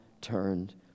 turned